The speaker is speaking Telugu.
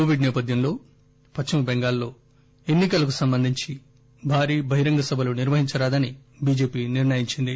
కోవిడ్ సేపథ్యంలో పశ్చిమ బెంగాల్ లో ఎన్ని కలకు సంబంధించి భారీ బహిరంగ సభలు నిర్వహించరాదని బిజెపి నిర్ణయించింది